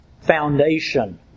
foundation